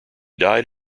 died